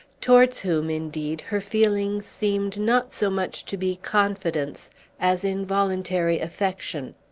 towards whom, indeed, her feelings seemed not so much to be confidence as involuntary affection.